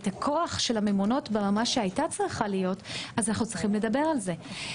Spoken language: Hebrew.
הכוח של הממונות ברמה שהייתה צריכה להיות אז אנחנו צריכים לדבר על זה.